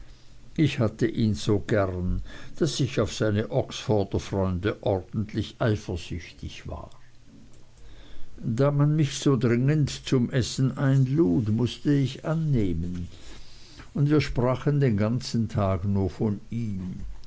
ich hatte ihn so gern daß ich auf seine oxforder freunde ordentlich eifersüchtig war da man mich so dringend zum essen einlud mußte ich annehmen und wir sprachen den ganzen tag nur von ihm